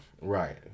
Right